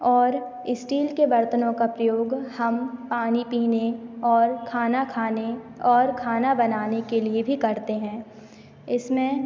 और इस्टील के बर्तनों का प्रयोग हम पानी पीने और खाना खाने और खाना बनाने के लिए भी करते हैं इसमें